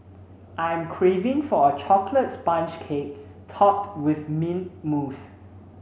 I am craving for a chocolate sponge cake topped with mint mousse